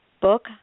book